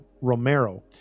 Romero